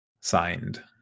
signed